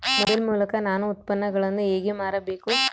Mobile ಮೂಲಕ ನಾನು ಉತ್ಪನ್ನಗಳನ್ನು ಹೇಗೆ ಮಾರಬೇಕು?